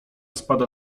spada